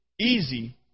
easy